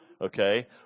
Okay